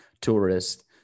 tourists